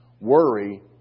Worry